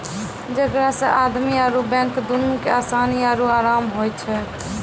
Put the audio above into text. जेकरा से आदमी आरु बैंक दुनू के असानी आरु अराम होय छै